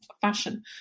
Fashion